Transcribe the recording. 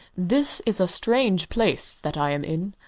this is a strange place that i am in,